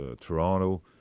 Toronto